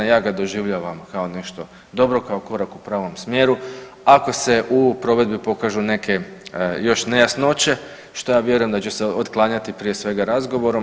Ja ga doživljavam kao nešto dobro, kao korak u pravom smjeru ako se u provedbi pokažu neke još nejasnoće što ja vjerujem da će se otklanjati prije svega razgovorom.